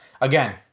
again